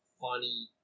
funny